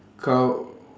car